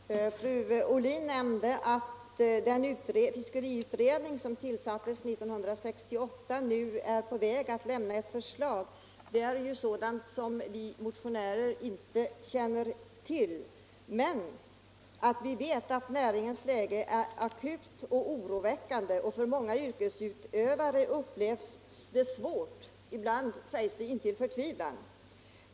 Herr talman! Fru Ohlin nämnde att den fiskeriutredning som tillsattes 1968 nu är på väg att lämna ett förslag. Det är sådant som vi motionärer inte känner till, men vi vet att näringens läge är akut oroväckande och av många yrkesutövare upplevs som svårt — svårt intill förtvivlan, sägs det ibland.